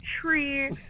tree